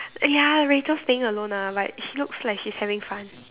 ya Rachel's staying alone ah but she looks like she's having fun